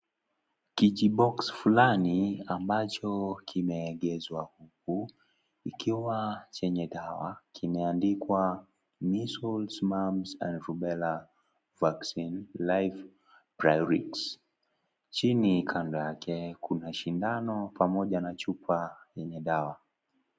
Kijiboksi fulani ambacho kimeegeshwa huku ikiwa chenye dawa imeandikwa measles, mumps and rubella vaccine, life priority . Chini kando yake kuna sindano pamoja na chupa chenye dawa.